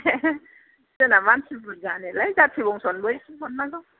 जोंना मानसि बुरजा नालाय जाथि बंस'नोबो एसे हरनांगौ